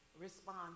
respond